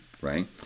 right